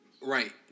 Right